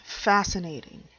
fascinating